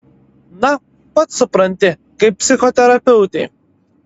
na pats supranti kaip psichoterapeutei